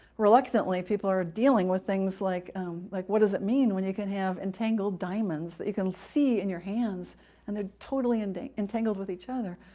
reluctantly, people are dealing with things like like what does it mean when you can have entangled diamonds that you can see in your hands and they're totally and entangled with each other,